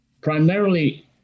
primarily